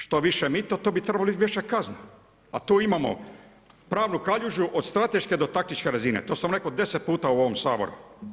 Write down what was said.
Što više mita to bi trebali više kazni, a tu imamo pravnu kaljužu od strateške do taktične razine, to sam rekao deset puta u ovom Saboru.